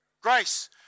grace